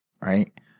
right